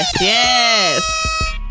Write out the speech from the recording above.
Yes